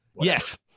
yes